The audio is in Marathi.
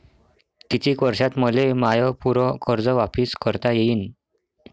कितीक वर्षात मले माय पूर कर्ज वापिस करता येईन?